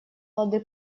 лады